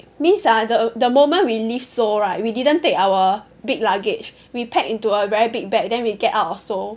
means ah the the moment we leave Seoul right we didn't take our big luggage we packed into a very big bag then we get out of Seoul